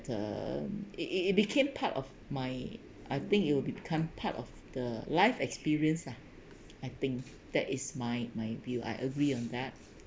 the it it became part of my I think it will become part of the life experience ah I think that is my my view I agree on that